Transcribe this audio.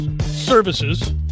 Services